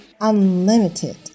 Unlimited